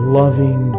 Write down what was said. loving